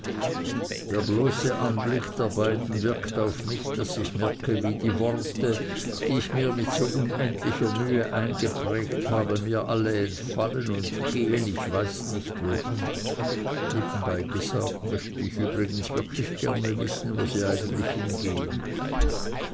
der bloße anblick der beiden wirkt auf mich daß ich merke wie die worte die ich mir mit so unendlicher mühe eingeprägt habe mir alle entfallen und gehen ich weiß nicht wohin nebenbei gesagt möchte ich übrigens wirklich gerne wissen wo sie eigentlich hingehen